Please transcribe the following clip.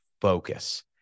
focus